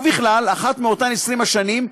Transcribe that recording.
ובכל אחת מאותן 20 השנים,